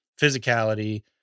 physicality